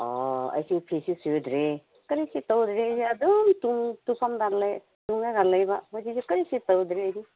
ꯑꯣ ꯑꯩꯁꯨ ꯐꯤꯁꯨ ꯁꯨꯗ꯭ꯔꯤ ꯀꯔꯤꯁꯨ ꯇꯧꯗ꯭ꯔꯤ ꯑꯩꯁꯦ ꯑꯗꯨꯝ ꯇꯨꯝꯐꯝꯗ ꯂꯩ ꯇꯨꯝꯂꯒ ꯂꯩꯕ ꯉꯁꯤꯗꯤ ꯀꯔꯤꯁꯨ ꯇꯧꯗ꯭ꯔꯤ ꯑꯩꯗꯤ